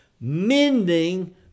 mending